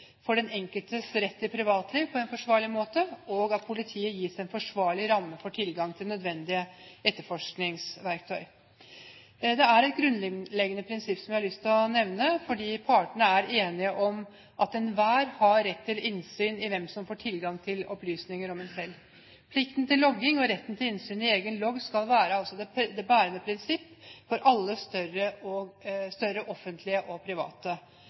for den enkelte og den enkeltes rett til privatliv på en forsvarlig måte, og at politiet gis en forsvarlig ramme for tilgang til nødvendige etterforskningsverktøy. Det er et grunnleggende prinsipp som jeg har lyst til å nevne, fordi partene er enige om at enhver har rett til innsyn i hvem som får tilgang til opplysninger om en selv. Plikten til logging og retten til innsyn i egen logg skal være det bærende prinsipp for alle større offentlige og private